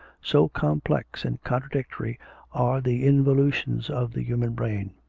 so complex and contradictory are the involutions of the human brain.